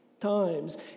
times